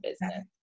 business